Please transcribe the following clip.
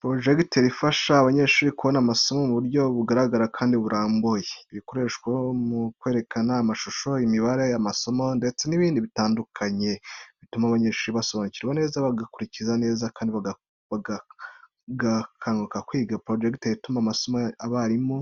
Porojegiteri ifasha abanyeshuri kubona amasomo mu buryo bugaragara kandi burambuye. Ikoreshwa mu kwerekana amashusho, imibare, amasomo yanditse n’ibindi bitandukanye. Bituma abanyeshuri basobanukirwa neza, bagakurikira neza, kandi bagakunda kwiga. Porojegiteri ituma amasomo abarimu